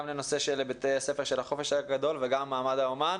לנושא של בתי הספר של החופש הגדול וגם למעמד האומן,